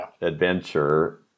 adventure